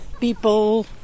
people